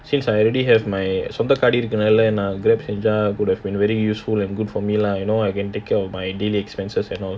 since I already have my சொந்த காடி இருக்குறதால நான்:sondha kaadi irukkurathaala naan Grab செஞ்சாக்கூட:senjaakooda very useful and good for me lah you know I can take care of my daily expenses and all